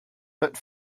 but